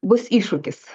bus iššūkis